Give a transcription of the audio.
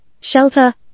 shelter